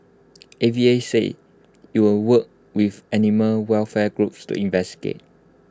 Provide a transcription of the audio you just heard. A V A said IT would work with animal welfare groups to investigate